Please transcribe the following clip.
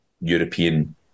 European